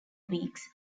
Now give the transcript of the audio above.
weeks